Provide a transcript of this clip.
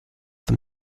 them